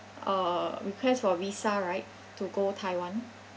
uh request for visa right to go taiwan